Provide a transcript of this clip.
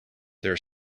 there